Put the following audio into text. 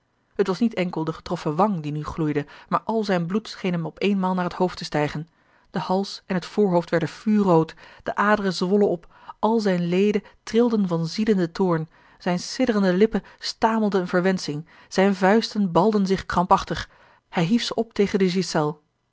het was niet enkel de getroffen wang die nu gloeide maar al zijn bloed scheen hem op eenmaal naar het hoofd te stijgen de hals en t voorhoofd werden vuurrood de aderen zwollen op al zijne leden trilden van ziedenden toorn zijne a l g bosboom-toussaint de delftsche wonderdokter eel sidderende lippen stamelden eene verwensching zijne vuisten balden zich krampachtig hij hief ze op tegen de